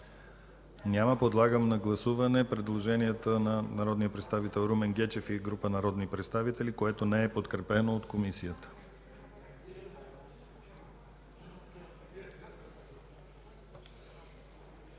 Няма. Подлагам на гласуване предложението на народния представител Румен Гечев и група народни представители, което не е подкрепено от Комисията.